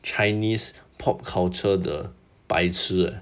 chinese pop culture the 白痴 eh